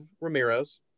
Ramirez